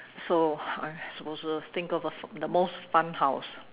so I'm supposed to think of a the most fun house